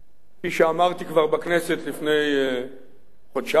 כפי שאמרתי כבר בכנסת לפני חודשיים אולי,